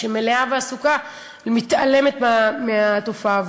שהיא מלאה ועסוקה, היא מתעלמת מהתופעה.